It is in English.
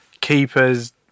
keepers